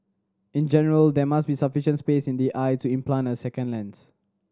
in general there must be sufficient space in the eye to implant a second lens